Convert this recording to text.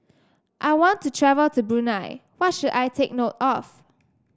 I want to travel to Brunei what should I take note of